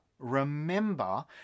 Remember